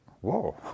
whoa